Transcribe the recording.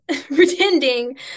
pretending